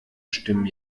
stimmen